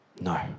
No